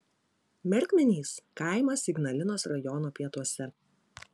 merkmenys kaimas ignalinos rajono pietuose